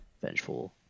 vengeful